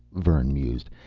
vern mused,